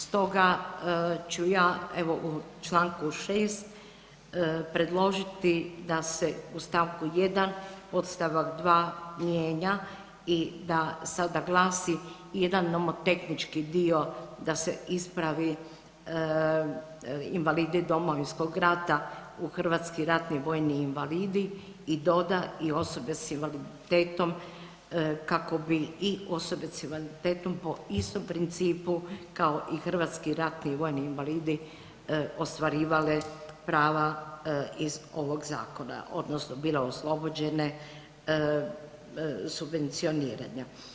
Stoga ću ja evo u čl. 6. predložiti da se u st. 1. podstavak 2. mijenja i da sada gleda jedan nomotehnički dio da se ispravi invalidi Domovinskog rata u hrvatski ratni vojni invalidi i doda i osobe s invaliditetom kako bi i osobe s invaliditetom po istom principu kao i hrvatski ratni vojni invalidi ostvarivale prava iz ovog zakona odnosno bile oslobođene subvencioniranja.